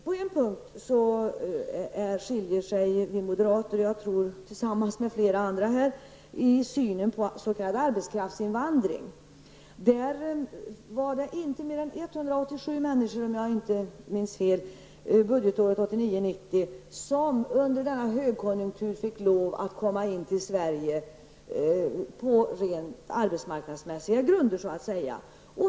På en punkt skiljer sig moderaterna, tillsammans med flera andra, i synen på s.k. arbetskraftsinvandring. Det var inte mer än 187 personer, om jag inte minns fel, som budgetåret 1989/90, under denna högkonjunktur, fick komma till Sverige på rent arbetsmässiga grunder.